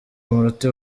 amanota